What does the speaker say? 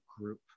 group